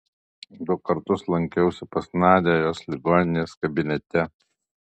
du kartus lankiausi pas nadią jos ligoninės kabinete